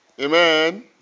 amen